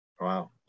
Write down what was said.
wow